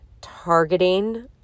targeting